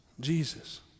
Jesus